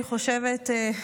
אני חושבת,